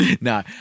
No